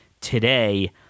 today